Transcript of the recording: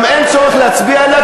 גם אין צורך להצביע עליה,